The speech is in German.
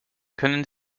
können